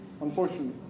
Unfortunately